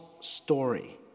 story